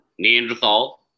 Neanderthal